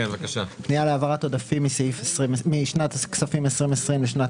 פנייה להעברת עודפים משנת הכספים 2020 לשנת